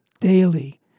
daily